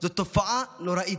זו תופעה נוראית.